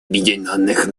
объединенных